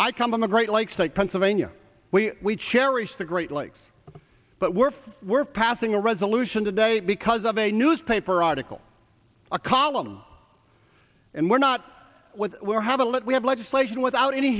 i come on the great lakes that pennsylvania we cherish the great lakes but we're we're passing a resolution today because of a newspaper article a column and we're not have a lot we have legislation without any